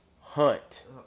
hunt